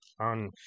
on